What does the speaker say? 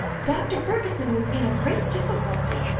dr. fergusson was in a great difficulty,